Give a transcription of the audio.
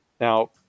Now